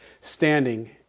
standing